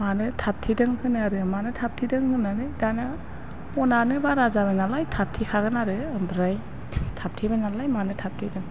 मानो थाबथेदों होनो आरो मानो थाबथेदों होननानै दाना अनानो बारा जाबाय नालाय थाबथेखागोन आरो ओमफ्राय थाबथेबायनालाय मानो थाबथेदों